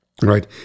right